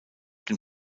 dem